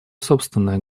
собственное